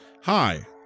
hi